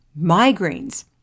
migraines